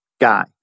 guy